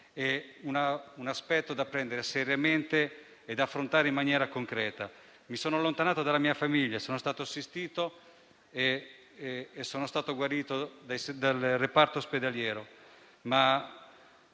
una malattia da prendere seriamente e da affrontare in maniera concreta. Mi sono allontanato dalla mia famiglia e sono stato assistito e guarito dal reparto ospedaliero,